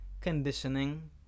conditioning